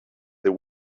they